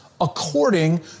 according